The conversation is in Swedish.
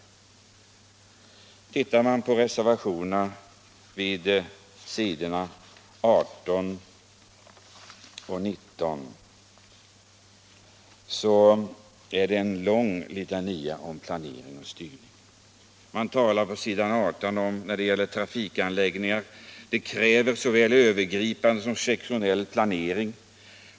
I reservationen på s. 18 och 19 finns en lång litania om olanering och styrning. Man talar på s. 18 om utbyggnaden av trafikanläggningar: ”Den kräver såväl övergripande som sektoriell planering.